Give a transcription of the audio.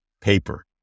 paper